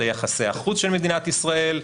ליחסי החוץ של מדינת ישראל,